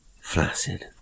flaccid